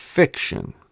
Fiction